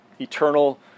eternal